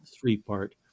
three-part